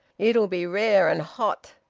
it'll be rare and hot!